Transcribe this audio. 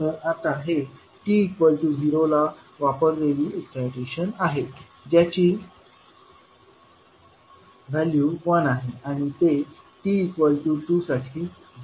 तर आता हे t 0 ला वापरलेली एक्साइटेशन आहे ज्याची व्हॅल्यू 1 आहे आणि ते t 2 साठी 0 होते